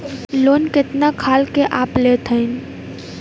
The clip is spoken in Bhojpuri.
लोन कितना खाल के आप लेत हईन?